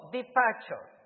Departure